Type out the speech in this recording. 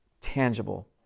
tangible